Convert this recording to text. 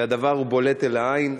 והדבר בולט לעין.